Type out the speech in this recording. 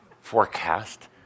forecast